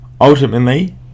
Ultimately